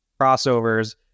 crossovers